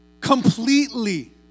Completely